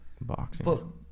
boxing